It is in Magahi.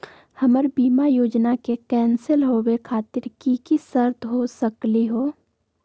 हमर बीमा योजना के कैन्सल होवे खातिर कि कि शर्त हो सकली हो?